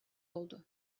oldu